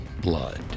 Blood